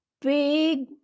big